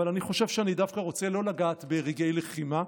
אבל אני חושב שאני דווקא רוצה לא לגעת ברגעי לחימה,